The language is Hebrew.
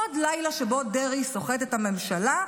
עוד לילה שבו דרעי סוחט את הממשלה,